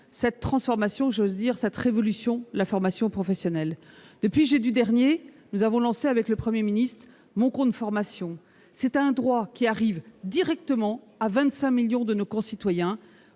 cette transformation, j'ose dire cette révolution : la formation professionnelle. Depuis jeudi dernier, nous avons lancé, avec le Premier ministre, « Mon compte formation ». C'est un droit qui arrive directement à 25 millions de nos concitoyens.